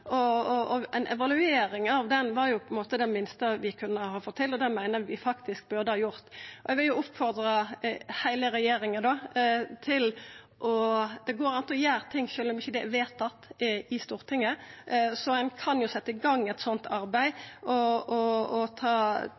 evaluering er det minste vi kunne ha fått til, og det meiner eg vi faktisk burde ha gjort. Eg vil oppfordra heile regjeringa til det, for det går an å gjera ting sjølv om det ikkje er vedtatt i Stortinget. Ein kan altså setja i gang eit sånt arbeid og ta ein runde på korleis forskrifta faktisk fungerer. Eg er skuffa over statsråden i replikkrunden, som går langt i å